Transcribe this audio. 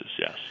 Yes